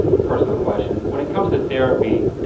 personal question. when it comes to therapy,